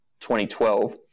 2012